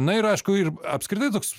na ir aišku ir apskritai toks